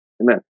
Amen